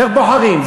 איך בוחרים?